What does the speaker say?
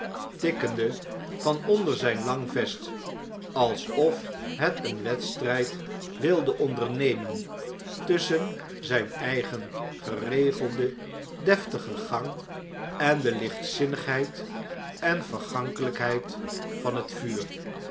tikkende van onder zijn lang vest alsof het een wedstryd wilde onderin londen en paeijs nemen tusschen znn eigen geregelden deftigen gang en de lichtzinnigheid en vergankelijkheid van net vuur